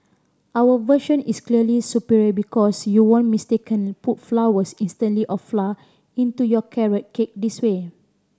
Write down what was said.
our version is clearly superior because you won't mistakenly put flowers of flour into your carrot cake this way